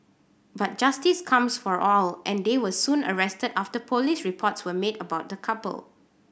but justice comes for all and they were soon arrested after police reports were made about the couple